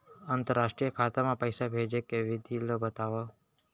अंतरराष्ट्रीय खाता मा पइसा भेजे के विधि ला बतावव?